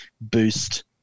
boost